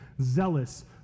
zealous